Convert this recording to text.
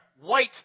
White